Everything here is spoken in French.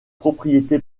propriété